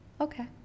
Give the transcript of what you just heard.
Okay